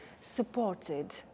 supported